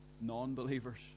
non-believers